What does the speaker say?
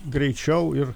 greičiau ir